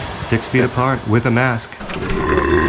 six feet apart, with a mask. there we go.